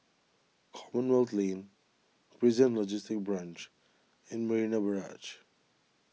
Commonwealth Lane Prison Logistic Branch and Marina Barrage